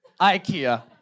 Ikea